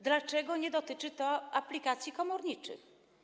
Dlaczego nie dotyczy to aplikacji komorniczej?